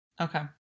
Okay